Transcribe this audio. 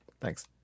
Thanks